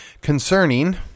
concerning